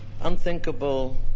unthinkable